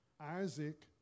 Isaac